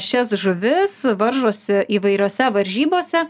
šias žuvis varžosi įvairiose varžybose